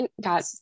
got